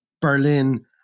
Berlin